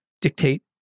dictate